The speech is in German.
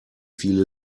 viele